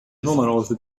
deux